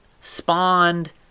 spawned